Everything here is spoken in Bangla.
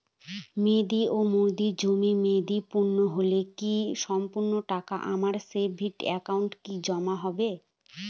মেয়াদী মেহেদির জমা মেয়াদ পূর্ণ হলে কি সম্পূর্ণ টাকা আমার সেভিংস একাউন্টে কি জমা হবে?